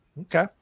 Okay